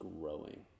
growing